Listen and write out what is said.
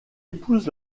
épouse